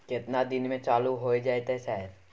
केतना दिन में चालू होय जेतै सर?